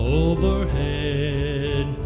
overhead